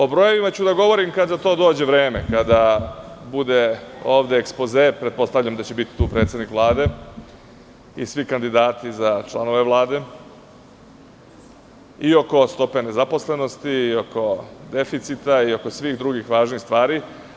O brojevima ću da govorim kada za to dođe vreme, kada bude ovde ekspoze, pretpostavljam da će biti tu predsednik Vlade i svi kandidati za članove Vlade, i oko stope nezaposlenosti, i oko deficita i oko svih drugih važnih stvari.